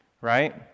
right